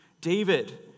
David